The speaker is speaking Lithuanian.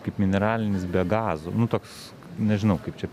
kaip mineralinis be gazo nu toks nežinau kaip čia